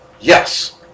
yes